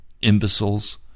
imbeciles